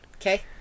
Okay